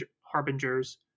Harbingers